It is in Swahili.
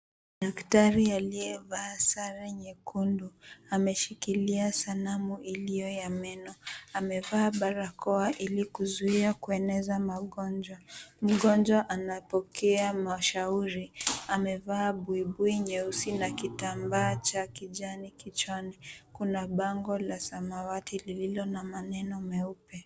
Daktari aliyevaa sare nyekundu ameshikilia sanamu iliyoyameno, amevaa barakoa ilikuzui kueneza mangonjwa. Mgonjwa anapokea mashauri. Amevaa buibui nyeusi na kitambaa cha kijani kichwani kuna bango la samawati lililo na maneno meupe.